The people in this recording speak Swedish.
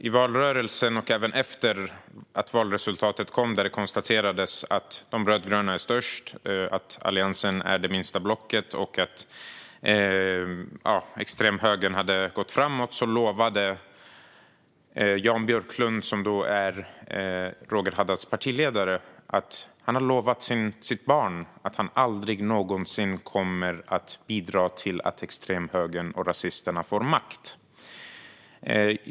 I valrörelsen och även efter att valresultatet kom, och där det konstaterades att de rödgröna var störst, att Alliansen var det minsta blocket och att extremhögern hade gått framåt, sa Jan Björklund, som är Roger Haddads partiledare, att han hade lovat sitt barn att han aldrig någonsin kommer att bidra till att extremhögern och rasisterna får makt.